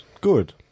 Good